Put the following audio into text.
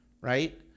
right